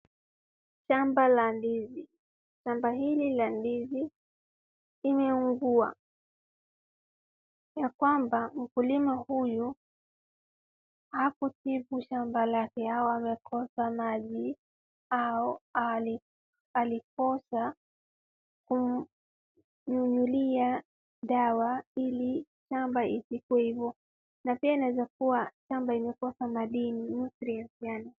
Shamba la ndizi, shamba hili la ndizi limeungua, ya kwamba mkulima huyu hakutibu shamba lake au amekosa maji au alikosa kunyunyulia dawa ili shamba isikuwe ivyo na pia inaeza kuwa shamba limekosa madini nutrients yaani.